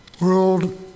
world